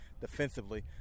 defensively